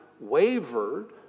wavered